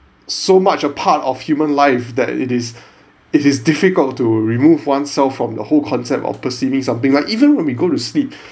so much a part of human life that it is it is difficult to remove oneself from the whole concept of perceiving something like even when we go to sleep